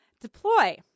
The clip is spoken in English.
Deploy